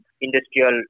industrial